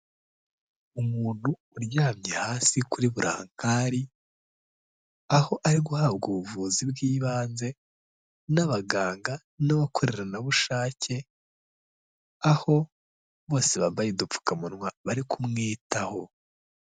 Umuntu uryamye hasi kuri burinkari aho ari guhabwa ubuvuzi bw'ibanze n'abaganga n'abakoreranabushake aho bose bambaye udupfukamunwa bari kumwitaho.